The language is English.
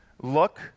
Look